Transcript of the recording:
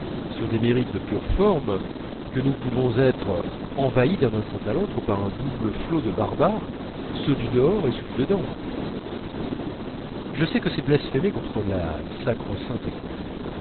sur des mérites de pure forme que nous pouvons être envahis d'un instant à l'autre par un double flot de barbares ceux du dehors et ceux du dedans je sais que c'est blasphémer contre la sacro sainte école